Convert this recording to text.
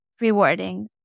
rewarding